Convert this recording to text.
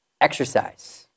exercise